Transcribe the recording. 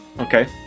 Okay